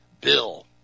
bill